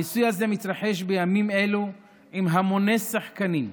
הניסוי הזה מתרחש בימים אלו עם המוני שחקנים,